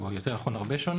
או יותר נכון שונה בהרבה.